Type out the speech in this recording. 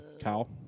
Kyle